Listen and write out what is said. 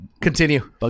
Continue